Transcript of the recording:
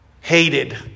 Hated